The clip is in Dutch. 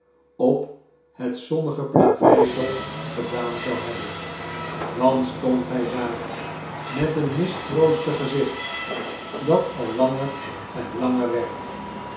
op het zonnige plaveisel gedaan zou hebben dan stond hij daar met een mistroostig gezicht dat al langer en langer werd